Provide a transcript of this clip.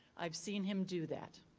i've seen him do that.